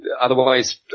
otherwise